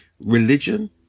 religion